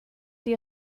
die